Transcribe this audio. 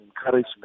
encouragement